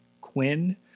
Quinn